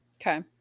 Okay